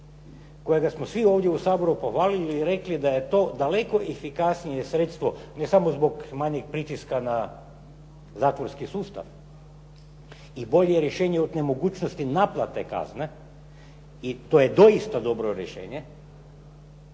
kojega smo svi ovdje u Saboru pohvalili i rekli da je to daleko efikasnije sredstvo ne samo zbog manjeg pritiska na zakonski sustav i bolje rješenje od nemogućnosti naplate kazne. I to je doista dobro rješenje.